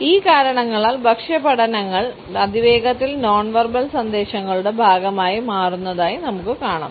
ഈ കാരണങ്ങളാൽ ഭക്ഷ്യപഠനങ്ങൾ അതിവേഗത്തിൽ നോൺ വെർബൽ സന്ദേശങ്ങളുടെ ഭാഗമായി മാറുന്നതായി നമുക്ക് കാണാം